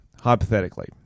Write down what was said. Hypothetically